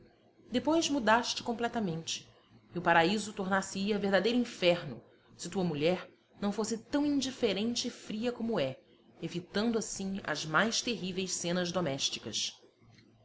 maridos depois mudaste completamente e o paraíso tornar se ia verdadeiro inferno se tua mulher não fosse tão indiferente e fria como é evitando assim as mais terríveis cenas domésticas